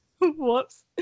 Whoops